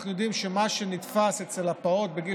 אנחנו יודעים שמה שנתפס אצל הפעוט בגיל